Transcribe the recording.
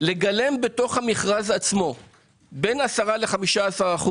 צריך לגלם בתוך המכרז עצמו בין 10% ל-15%